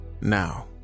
now